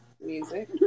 music